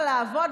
זאת הבושה שלכם.